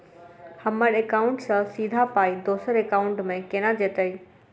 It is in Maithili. हम्मर एकाउन्ट सँ सीधा पाई दोसर एकाउंट मे केना जेतय?